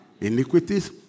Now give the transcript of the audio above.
iniquities